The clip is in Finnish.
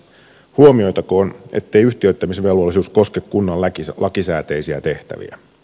huomioitakoon ettei yhtiöittämisvelvollisuus koske kunnan lakisääteisiä tehtäviä